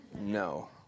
No